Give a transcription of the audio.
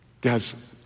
Guys